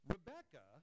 Rebecca